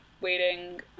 waiting